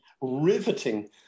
riveting